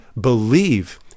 believe